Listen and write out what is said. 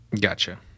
Gotcha